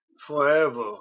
forever